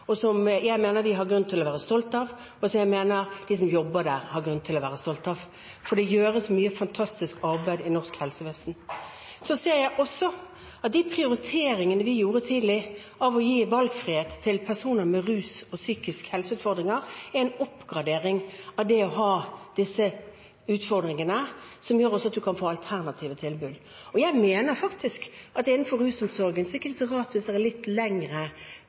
som jeg mener vi har grunn til å være stolte av, og som jeg mener de som jobber der, har grunn til å være stolte av, for det gjøres mye fantastisk arbeid i norsk helsevesen. Så ser jeg også at de prioriteringene vi gjorde tidlig, å gi valgfrihet til personer med rus- og psykisk helse-utfordringer, er en oppgradering av det å ha disse utfordringene, som gjør at man også kan få alternative tilbud. Jeg mener at innenfor rusomsorgen er det ikke så rart hvis det er litt lengre